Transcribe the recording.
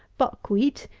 buck-wheat,